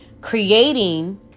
creating